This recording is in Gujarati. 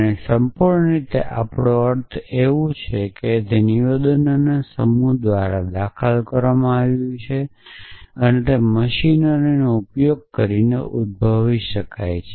અને સંપૂર્ણ રીતે આપણો અર્થ તેવું છે કે જે નિવેદનોના સમૂહ દ્વારા દાખલ કરવામાં આવે છે તે મશીનરીનો ઉપયોગ કરીને ઉદ્દભવી શકાય છે